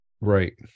right